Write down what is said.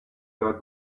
were